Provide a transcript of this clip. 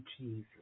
Jesus